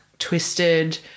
twisted